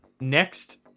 Next